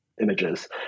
images